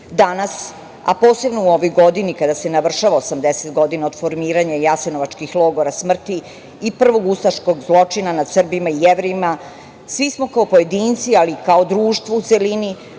drugim. Danas, a posebno u ovoj godini kada se navršava 80 godina od formiranja jasenovačkih logora smrti i prvog ustaškog zločina nad Srbima i Jevrejima, svi smo kao pojedinci, ali i kao društvo u celini,